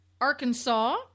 Arkansas